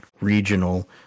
Regional